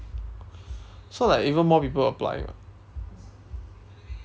so like even more people applying [what]